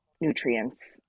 nutrients